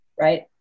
right